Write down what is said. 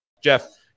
Jeff